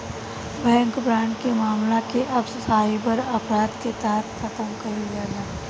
bank fraud के मामला के अब साइबर अपराध के तहत खतम कईल जाता